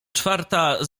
czwarta